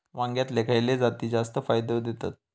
वांग्यातले खयले जाती जास्त फायदो देतत?